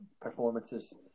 performances